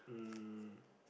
um